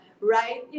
right